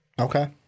Okay